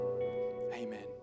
Amen